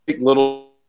Little